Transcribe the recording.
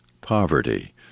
poverty